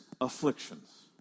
afflictions